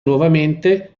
nuovamente